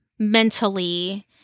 mentally